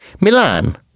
Milan